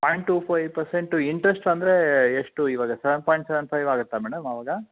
point two five percent interest ಅಂದರೆ ಎಷ್ಟು ಇವಾಗ ಸೆವೆನ್ ಪಾಯಿಂಟ್ ಸೆವೆನ್ ಫೈವ್ ಆಗುತ್ತಾ ಮೇಡಮ್ ಆವಾಗ